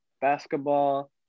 basketball